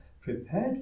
prepared